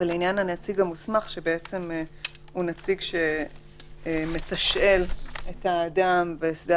"הנציג המוסמך" הוא נציג שמתשאל את האדם בשדה